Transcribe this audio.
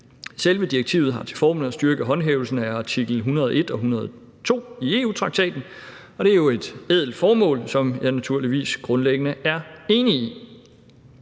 Selve direktivet har til formål at styrke håndhævelsen af artikel 101 og 102 i EU-traktaten, og det er jo et ædelt formål, som jeg jo naturligvis grundlæggende er enig i.